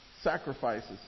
sacrifices